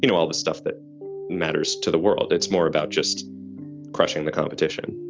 you know all the stuff that matters to the world. it's more about just crushing the competition